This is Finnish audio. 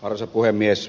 arvoisa puhemies